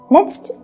Next